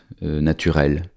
naturel